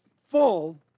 full